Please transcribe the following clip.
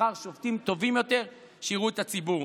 שתבחר שופטים טובים יותר שיראו את הציבור,